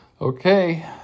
Okay